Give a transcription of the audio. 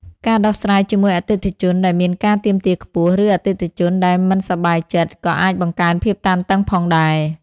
ការដោះស្រាយជាមួយអតិថិជនដែលមានការទាមទារខ្ពស់ ឬអតិថិជនដែលមិនសប្បាយចិត្ត ក៏អាចបង្កើនភាពតានតឹងផងដែរ។